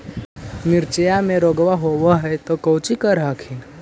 मिर्चया मे रोग्बा होब है तो कौची कर हखिन?